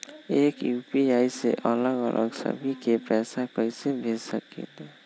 एक यू.पी.आई से अलग अलग सभी के पैसा कईसे भेज सकीले?